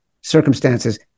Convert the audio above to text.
circumstances